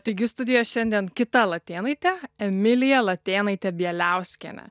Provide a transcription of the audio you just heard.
taigi studijoj šiandien kita latėnaitė emilija latėnaitė bieliauskienė